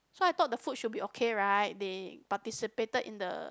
so I thought the food should be okay right they participated in the